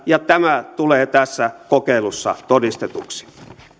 ja tämä tulee tässä kokeilussa todistetuksi